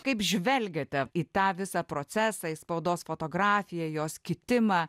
kaip žvelgiate į tą visą procesą į spaudos fotografiją jos kitimą